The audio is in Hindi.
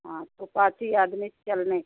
हाँ तो पाँच ही आदमी चलने का